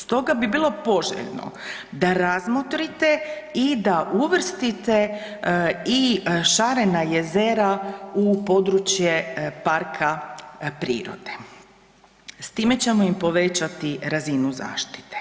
Stoga bi bilo poželjno da razmotrite i da uvrstite i šarena jezera u područje parka prirode, s time ćemo im povećati razinu zaštite.